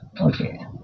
Okay